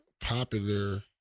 popular